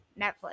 Netflix